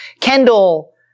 Kendall